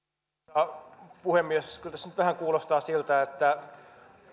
arvoisa puhemies kyllä tässä nyt vähän kuulostaa siltä että